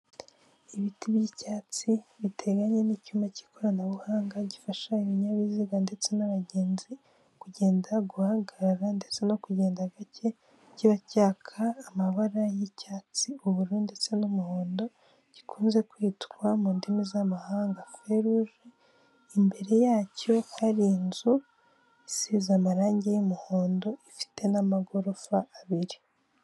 ibiti by'icyatsi biteganye n'icyuma cy'ikoranabuhanga gifasha ibinyabiziga ndetse n'abagenzi kugenda guhagarara ndetse no kugenda gake kiba cyaka amabara y'icyatsi ,ubururu ndetse n'umuhondo gikunze kwitwa mu ndimi z'amahanga fau rouge imbere yacyo hari inzu isize amarangi y'umuhondo ifite n'amagorofa abiri.